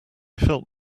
felt